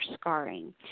scarring